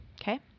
okay